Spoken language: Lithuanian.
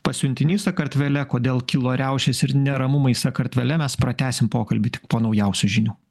pasiuntinys sakartvele kodėl kilo riaušės ir neramumai sakartvele mes pratęsim pokalbį tik po naujausių žinių